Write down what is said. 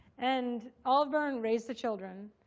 and olive bryne raised the children.